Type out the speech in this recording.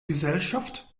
gesellschaft